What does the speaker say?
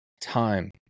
time